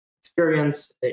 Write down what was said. experience